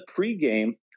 pregame